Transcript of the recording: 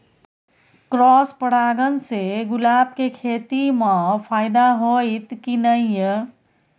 Cross परागण से गुलाब के खेती म फायदा होयत की नय?